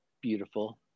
beautiful